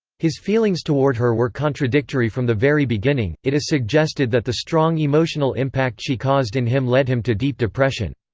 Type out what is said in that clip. his feelings toward her were contradictory from the very beginning it is suggested that the strong emotional impact she caused in him led him to deep depression.